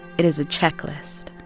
it is a checklist.